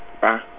Bye